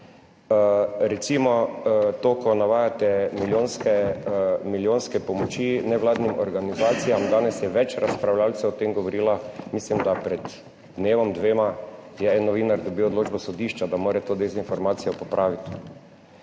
Recimo to, ko navajate milijonske, milijonske pomoči nevladnim organizacijam, danes je več razpravljavcev o tem govorilo, mislim, da pred dnevom, dvema je en novinar dobil odločbo sodišča, da mora to dezinformacijo popraviti.